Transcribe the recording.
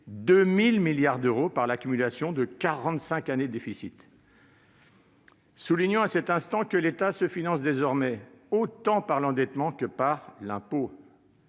2 000 milliards d'euros par l'accumulation de quarante-cinq années de déficits. Soulignons que l'État se finance désormais autant par l'endettement que par l'impôt.